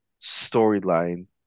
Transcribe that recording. storyline